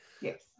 Yes